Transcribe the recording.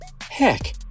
Heck